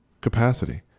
capacity